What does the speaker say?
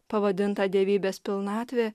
pavadintą dievybės pilnatvė